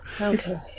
Okay